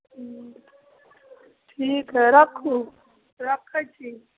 हुँ ठीक हइ रखू रखै छी